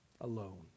alone